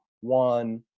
one